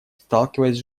сталкиваясь